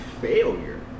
failure